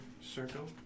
circle